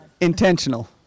Intentional